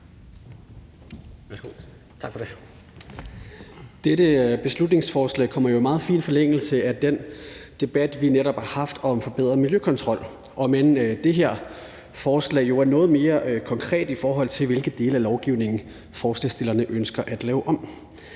Dette beslutningsforslag ligger jo i meget fin forlængelse af den debat, vi netop har haft om forbedret miljøkontrol, om end det her forslag jo er noget mere konkret, i forhold til hvilke dele af lovgivningen forslagsstillerne ønsker at lave om.